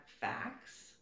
facts